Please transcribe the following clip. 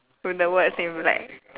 with the words in black